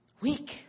weak